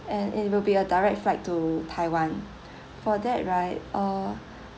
and it will be a direct flight to taiwan for that right uh